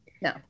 no